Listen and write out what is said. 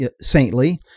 saintly